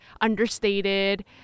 understated